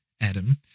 Adam